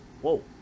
Whoa